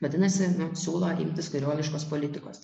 vadinasi siūlo imtis kairuoliškos politikos